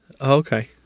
Okay